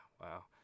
wow